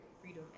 freedom